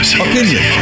Opinion